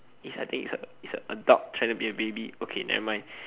is I think it's a it's a dog trying to be a baby okay nevermind